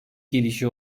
gelişi